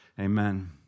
Amen